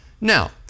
Now